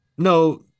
No